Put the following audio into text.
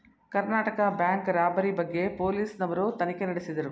Karnataka bank robbery ಬಗ್ಗೆ police ನವರು ತನಿಖೆ ನಡೆಸಿದರು